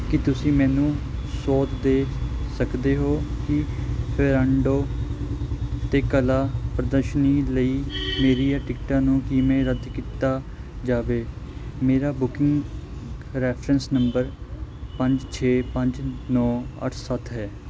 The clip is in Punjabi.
ਕੀ ਤੁਸੀਂ ਮੈਨੂੰ ਸੋਧ ਦੇ ਸਕਦੇ ਹੋ ਕਿ ਫੈਰਾਂਡੋ 'ਤੇ ਕਲਾ ਪ੍ਰਦਰਸ਼ਨੀ ਲਈ ਮੇਰੀਆਂ ਟਿਕਟਾਂ ਨੂੰ ਕਿਵੇਂ ਰੱਦ ਕੀਤਾ ਜਾਵੇ ਮੇਰਾ ਬੁਕਿੰਗ ਰੈਫਰੈਂਸ ਨੰਬਰ ਪੰਜ ਛੇ ਪੰਜ ਨੌਂ ਅੱਠ ਸੱਤ ਹੈ